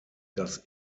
das